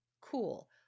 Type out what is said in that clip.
Cool